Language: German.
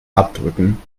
abdrücken